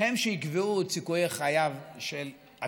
מילים שהן מילים יפות,